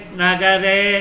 Nagare